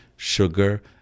Sugar